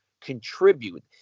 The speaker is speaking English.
contribute